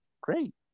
Great